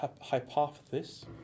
hypothesis